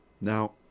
Now